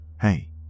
hey